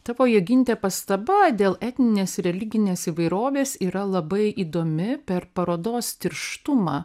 tavo joginte pastaba dėl etninės ir religinės įvairovės yra labai įdomi per parodos tirštumą